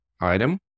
item